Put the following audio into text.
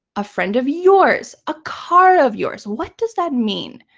a friend of yours, a car of yours? what does that mean?